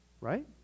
Right